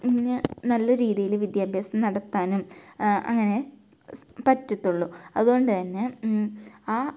ന് നല്ല രീതിയിൽ വിദ്യാഭ്യാസം നടത്താനും അങ്ങനെ സ് പറ്റത്തുള്ളൂ അതുകൊണ്ട് തന്നെ ആ